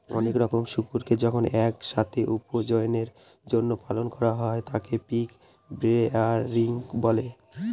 অনেক রকমের শুকুরকে যখন এক সাথে উপার্জনের জন্য পালন করা হয় তাকে পিগ রেয়ারিং বলে